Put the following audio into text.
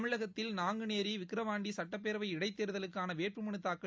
தமிழகத்தில் நாங்குனேரி விக்கிரவாண்டி சட்டப்பேரவை இடைத்தேர்தலுக்கான வேட்பு மனு தாக்கல்